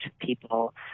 people